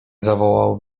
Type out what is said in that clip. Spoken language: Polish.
zawołał